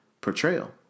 portrayal